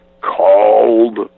called